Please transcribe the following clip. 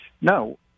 No